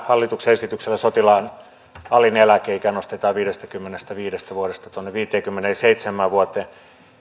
hallituksen esityksellä sotilaan alin eläkeikä nostetaan viidestäkymmenestäviidestä vuodesta tuonne viiteenkymmeneenseitsemään vuoteen